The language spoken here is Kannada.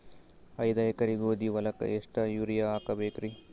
ಐದ ಎಕರಿ ಗೋಧಿ ಹೊಲಕ್ಕ ಎಷ್ಟ ಯೂರಿಯಹಾಕಬೆಕ್ರಿ?